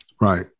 Right